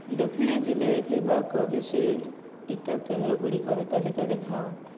ଦକ୍ଷିଣ ଜିଲ୍ଲାରେ ଥିବା କୋଭିସିଲ୍ଡ୍ ଟିକା କେନ୍ଦ୍ର ଗୁଡ଼ିକର ତାଲିକା ଦେଖାଅ